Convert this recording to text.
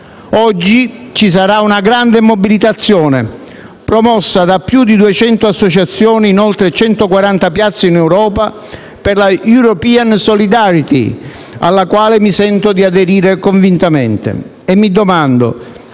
Oggi ci sarà una grande mobilitazione, promossa da più di 200 associazioni in oltre 140 piazze in Europa, per la *European solidarity*, alla quale mi sento di aderire convintamente.